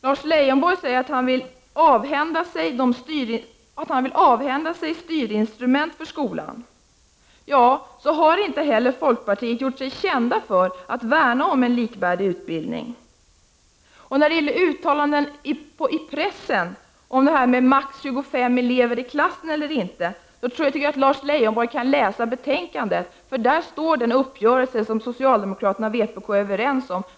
Lars Leijonborg säger att han vill avskaffa styrinstrument för skolan. Ja, så har inte heller folkpartiet gjort sig känt för att värna om en likvärdig utbildning. När det gäller uttalanden i pressen om maximalt 25 elever i klassen eller inte tycker jag att Lars Leijonborg kan läsa betänkandet. Där redovisas den uppgörelse som socialdemokraterna och vpk är överens om.